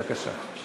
בבקשה.